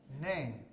Name